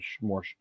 more